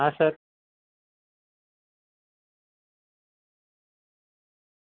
હા સર